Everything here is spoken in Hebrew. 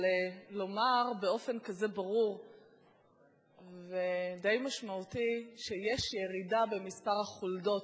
אבל לומר באופן כזה ברור ודי משמעותי שיש ירידה במספר החולדות?